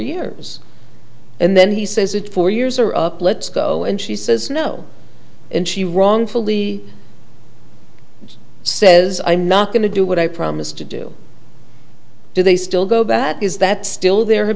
years and then he says it's four years are up let's go and she says no and she wrongfully says i'm not going to do what i promised to do do they still go that is that still there